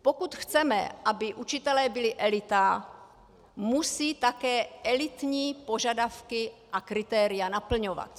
Pokud chceme, aby učitelé byli elita, musí také elitní požadavky a kritéria naplňovat.